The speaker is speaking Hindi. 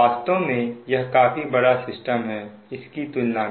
वास्तव में यह काफी बड़ा सिस्टम है इसकी तुलना में